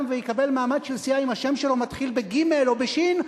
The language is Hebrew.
ויקבל מעמד של סיעה אם השם שלו מתחיל בגימ"ל או בשי"ן,